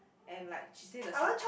and like she said the sa~